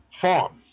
farm